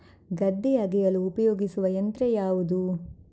ಗದ್ದೆ ಅಗೆಯಲು ಉಪಯೋಗಿಸುವ ಯಂತ್ರ ಯಾವುದು?